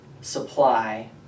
supply